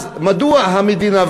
אז מדוע המדינה,